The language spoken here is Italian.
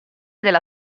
della